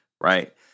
right